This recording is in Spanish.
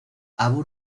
abu